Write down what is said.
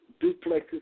duplexes